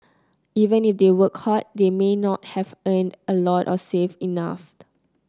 even if they worked hard they may not have earned a lot or saved enough